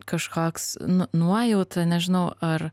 kažkoks nu nuojauta nežinau ar